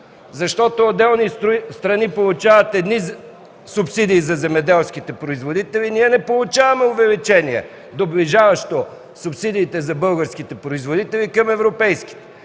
нищо. Отделни страни получават едни субсидии за земеделските производители, ние не получаваме увеличение, доближаващо субсидиите за българските производители към европейските.